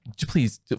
please